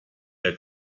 der